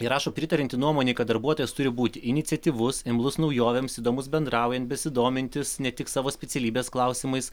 ji rašo pritarianti nuomonei kad darbuotojas turi būti iniciatyvus imlus naujovėms įdomus bendraujant besidomintis ne tik savo specialybės klausimais